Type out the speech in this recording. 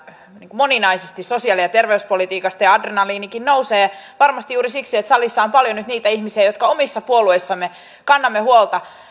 moninaisesti sosiaali ja terveyspolitiikasta ja adrenaliinikin nousee varmasti juuri siksi että salissa on paljon nyt näitä ihmisiä meitä jotka omissa puolueissamme kannamme huolta